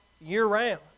year-round